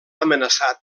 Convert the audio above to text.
amenaçat